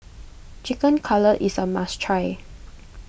Chicken Cutlet is a must try